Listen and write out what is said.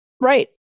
right